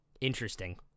interesting